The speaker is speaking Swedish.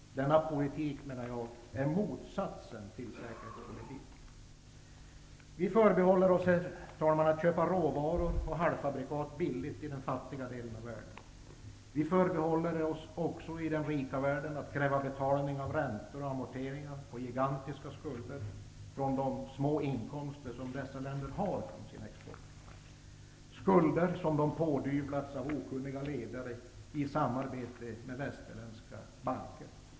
Denna politik, menar jag, är motsatsen till säkerhetspolitik. Vi förbehåller oss rätten, herr talman, att köpa råvaror och halvfabrikat billigt i den fattiga delen av världen. Vi förbehåller oss också, i den rika världen, rätten att kräva betalning av räntor och amorteringar på gigantiska skulder från de små inkomster som dessa länder har av sin export -- skulder som de pådyvlats av okunniga ledare i samarbete med västerländska banker.